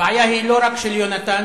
הבעיה היא לא רק של יונתן,